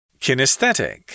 Kinesthetic